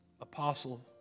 apostle